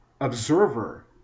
observer